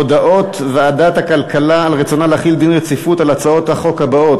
הודעת ועדת הכלכלה על רצונה להחיל דין רציפות על הצעת החוק הבאה,